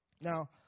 Now